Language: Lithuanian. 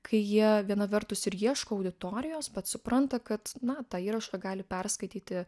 kai jie viena vertus ir ieško auditorijos supranta kad na tą įrašą gali perskaityti